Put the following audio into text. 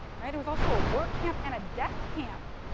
right, it was also a work camp and a death camp.